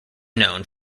known